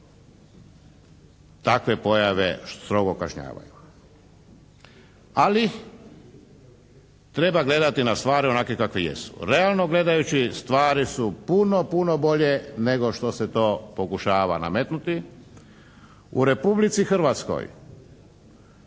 takve pojave strogo kažnjavaju. Ali treba gledati na stvari onakve kakve jesu. Realno gledajući stvari su puno, puno bolje nego što se to pokušava nametnuti. U Republici Hrvatskoj